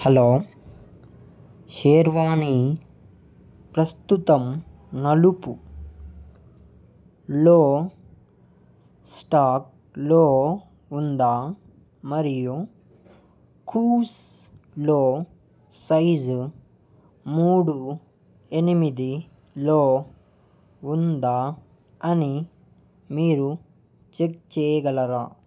hello sherwani ప్రస్తుతం నలుపులో స్టాక్లో ఉందా మరియు కూవ్స్లో సైజు మూడు ఎనిమిదిలో ఉందా అని మీరు చెక్ చెయ్యగలరా